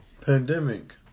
pandemic